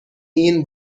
این